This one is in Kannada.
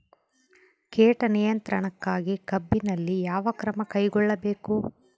ಕೇಟ ನಿಯಂತ್ರಣಕ್ಕಾಗಿ ಕಬ್ಬಿನಲ್ಲಿ ಯಾವ ಕ್ರಮ ಕೈಗೊಳ್ಳಬೇಕು?